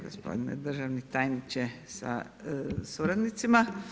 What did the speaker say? Gospodine državni tajniče sa suradnicima.